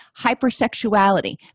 hypersexuality